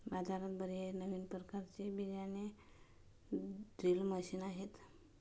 बाजारात बर्याच नवीन प्रकारचे बियाणे ड्रिल मशीन्स आहेत